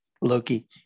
Loki